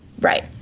right